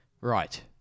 right